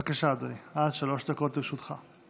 בבקשה, אדוני, עד שלוש דקות לרשותך.